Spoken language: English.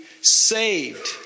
Saved